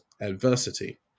adversity